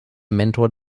mentor